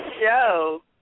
show